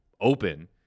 open